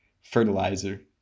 fertilizer